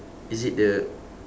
is it the